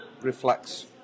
reflects